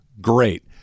great